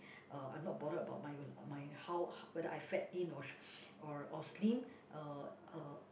uh I'm not bothered about my my how whether I fat thin or or or slim uh